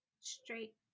straight